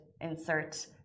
insert